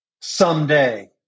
someday